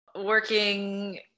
working